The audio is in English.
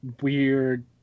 weird